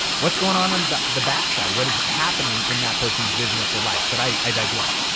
what's going on, on the backside? what is happening in that person's business or life? but i digress.